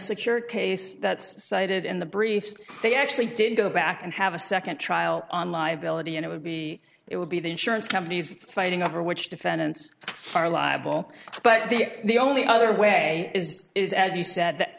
secure case that's cited in the briefs they actually did go back and have a second trial on liability and it would be it would be the insurance companies fighting over which defendants are liable but they're the only other way is is as you said that